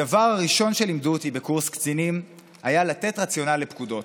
הדבר הראשון שלימדו אותי בקורס קצינים היה לתת רציונל לפקודות.